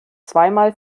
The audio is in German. zweimal